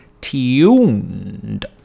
tuned